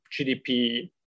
GDP